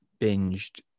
binged